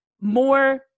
more